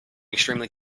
extremely